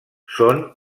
són